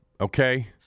okay